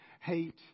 hate